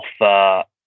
offer